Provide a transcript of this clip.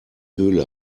höhle